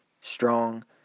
strong